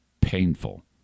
painful